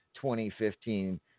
2015